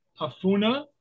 Afuna